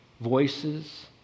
voices